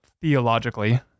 Theologically